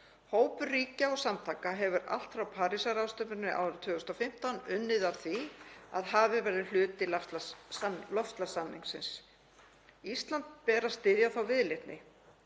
Hópur ríkja og samtaka hefur allt frá Parísarráðstefnunni árið 2015 unnið að því að hafið verði hluti loftslagssamningsins. Íslandi ber að styðja þá viðleitni.